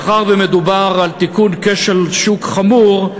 מאחר שמדובר על תיקון כשל שוק חמור,